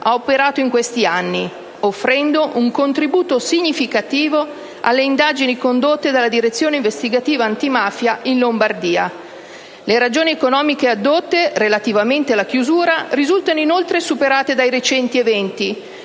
ha operato in questi anni, offrendo un contributo significativo alle indagini condotte dalla Direzione investigativa antimafia in Lombardia. Le ragioni economiche addotte relativamente alla chiusura risultano inoltre superate dai recenti eventi.